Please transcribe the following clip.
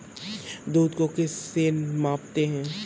दूध को किस से मापते हैं?